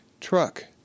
truck